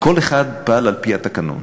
כל אחד פעל על-פי התקנון,